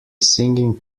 singing